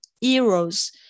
heroes